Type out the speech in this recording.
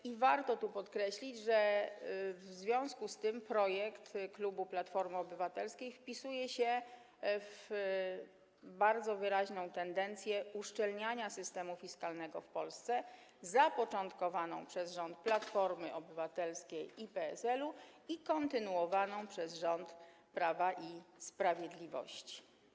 I warto tu podkreślić, że w związku z tym projekt klubu Platforma Obywatelska wpisuje się w bardzo wyraźną tendencję do uszczelniania systemu fiskalnego w Polsce zapoczątkowaną przez rząd Platformy Obywatelskiej i PSL-u i kontynuowaną przez rząd Prawa i Sprawiedliwości.